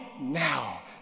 now